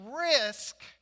risk